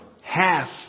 half